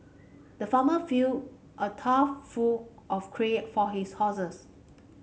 the farmer filled a trough full of for his horses